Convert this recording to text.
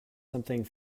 something